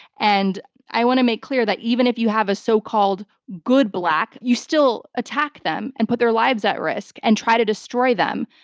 and i want to make clear that even if you have a so-called good black, you still attack them and put their lives at risk and try to destroy them,